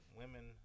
women